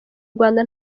rwanda